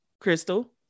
Crystal